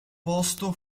posto